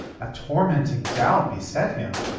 a tormenting doubt beset him.